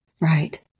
Right